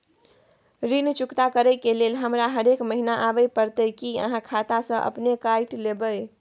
ऋण चुकता करै के लेल हमरा हरेक महीने आबै परतै कि आहाँ खाता स अपने काटि लेबै?